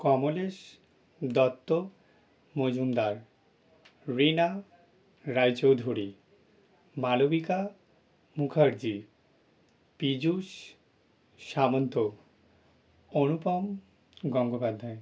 Kamlesh Dutta Majumdar Rina Roy Chowdhury Malabika Mukherjee Piyush Samanta Anupam Gangopadhyay